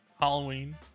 Halloween